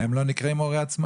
הם לא נקראים הורה עצמאי?